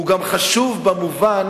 הוא גם חשוב במובן